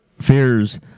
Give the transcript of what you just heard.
fears